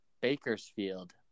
Bakersfield